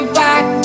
back